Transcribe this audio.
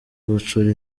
gucura